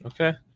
Okay